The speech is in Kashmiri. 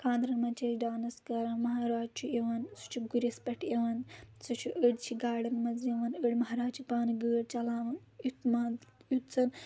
خاندرَن منٛز چھِ أسۍ ڈانٕس کَران مہاراج چھُ یوَان سُہ چھُ گُرِس پؠٹھ یِوَان سُہ چھُ أڑۍ چھِ گاڈَن منٛز یِوان أڑۍ مہرازٕ چھِ پانہٕ گٲڑۍ چَلاوَان یُتھ منٛز یُتھ مان ژٕ یُتھ زَن